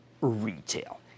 Retail